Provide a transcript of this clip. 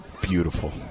Beautiful